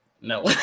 No